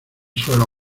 suelo